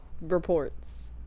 reports